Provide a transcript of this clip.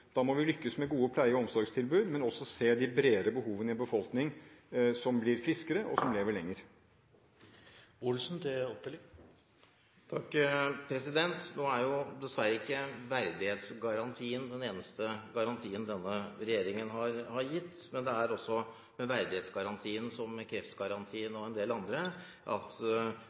Da må vi lykkes med gode pleie- og omsorgstilbud, men også se de bredere behovene i en befolkning som blir friskere, og som lever lenger. Dessverre er ikke verdighetsgarantien den eneste garantien denne regjeringen har gitt. Det er med verdighetsgarantien som med kreftgarantien og en del andre, at